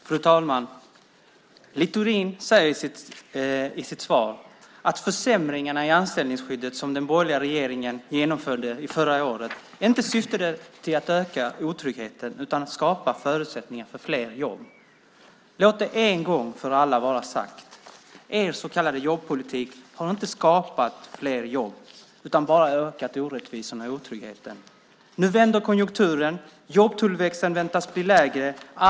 Fru talman! Littorin säger i sitt svar att de försämringar i anställningsskyddet som den borgerliga regeringen genomförde förra året inte syftade till att öka otryggheten utan till att skapa förutsättningar för fler jobb. Låt det en gång för alla vara sagt: Er så kallade jobbpolitik har inte skapat fler jobb utan bara ökat orättvisorna och otryggheten. Nu vänder konjunkturen. Jobbtillväxten väntas bli lägre.